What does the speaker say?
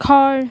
ঘৰ